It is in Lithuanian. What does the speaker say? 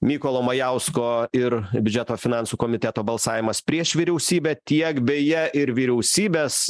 mykolo majausko ir biudžeto finansų komiteto balsavimas prieš vyriausybę tiek beje ir vyriausybės